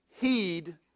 heed